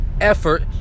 effort